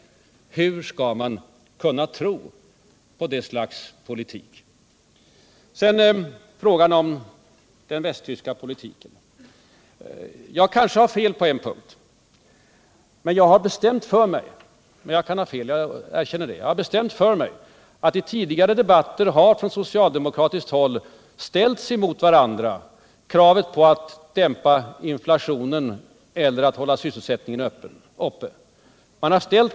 Hur skall man kunna tro = Den ekonomiska på det slaget av politik? politiken m.m. Sedan till frågan om den västtyska politiken. Jag kanske tar fel, men jag har bestämt för mig att i tidigare debatter har man från socialdemokratiskt håll ställt upp kravet på att dämpa inflationen mot kravet på att hålla sysselsättningen uppe.